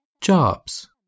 jobs